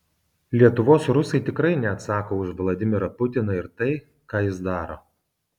lietuvos rusai tikrai neatsako už vladimirą putiną ir tai ką jis daro